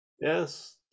Yes